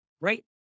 right